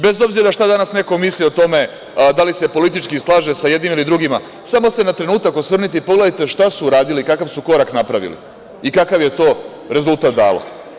Bez obzira šta danas neko misli o tome, da li se politički slaže sa jednima ili drugima, samo se na trenutak osvrnite i pogledajte šta su uradili, kakav su korak napravili i kakav je to rezultat dalo.